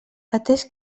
atès